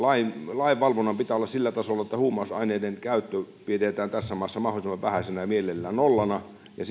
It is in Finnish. lainvalvonnan pitää olla sillä tasolla että huumausaineiden käyttö pidetään tässä maassa mahdollisimman vähäisenä ja mielellään nollana ja